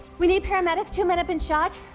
we need paramedics. two men have been shot.